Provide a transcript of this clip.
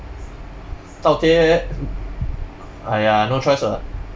倒贴 !aiya! no choice [what]